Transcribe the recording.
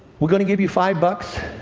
we're going to give you five bucks